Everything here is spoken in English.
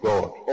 God